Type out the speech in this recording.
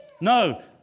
No